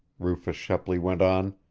rufus shepley went on.